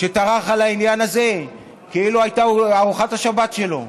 שטרח על העניין הזה כאילו זו הייתה ארוחת השבת שלו,